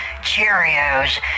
Cheerios